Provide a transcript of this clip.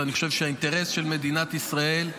ואני חושב שהאינטרס של מדינת ישראל,